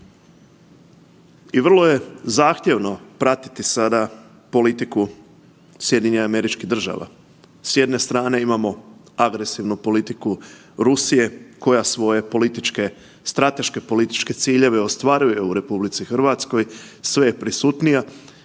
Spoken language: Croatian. I vrlo je zahtjevno pratiti sada I vrlo je zahtjevno pratiti sada s jedne strane imamo agresivnu politiku Rusije koja svoje političke, strateške političke ciljeve ostvaruje u RH, sve je prisutnija